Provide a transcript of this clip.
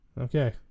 Okay